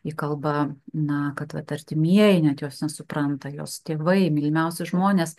ji kalba na kad vat artimieji net jos nesupranta jos tėvai mylimiausi žmonės